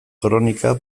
kronika